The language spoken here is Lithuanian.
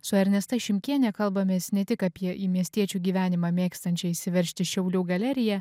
su ernesta šimkiene kalbamės ne tik apie į miestiečių gyvenimą mėgstančia įsiveržti šiaulių galerija